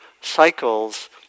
cycles